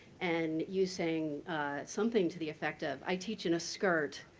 and you saying something to the effect of, i teach in a skirt,